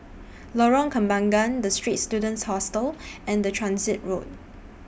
Lorong Kembangan The Straits Students Hostel and The Transit Road